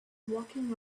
walking